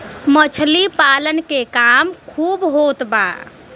मछली पालन के काम खूब होत बा